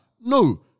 no